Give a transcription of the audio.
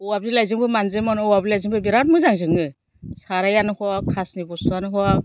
औवा बिलायजोंबो मानजियोमोन औवा बिलायजोंबो बिराथ मोजां जोङो सारायानो हक खास नि बुस्थुआनो हक